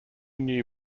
new